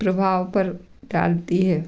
प्रभाव पर डालती है